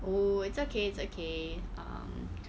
oh it's okay it's okay um